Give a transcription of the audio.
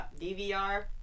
DVR